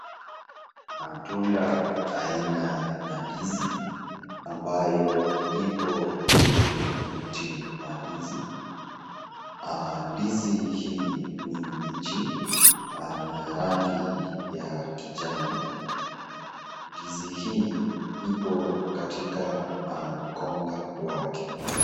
Matunda aina ya ndizi ambayo ipo kwenye mti wa ndizi. Ndizi hii ni mbichi, ni ya rangi ya kijani. Ndizi hii ipo katika mkonga wake.